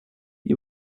you